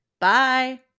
Bye